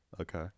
Okay